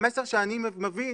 המסר שאני מבין,